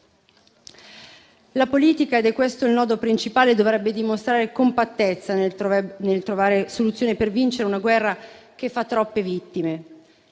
La politica - ed è questo il nodo principale - dovrebbe dimostrare compattezza nel trovare soluzioni per vincere una guerra che fa troppe vittime.